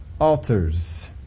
altars